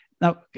Now